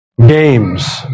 games